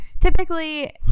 Typically